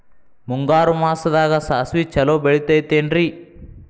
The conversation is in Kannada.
ಮುಂಗಾರು ಮಾಸದಾಗ ಸಾಸ್ವಿ ಛಲೋ ಬೆಳಿತೈತೇನ್ರಿ?